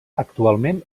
actualment